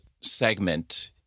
segment